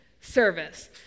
service